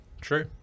True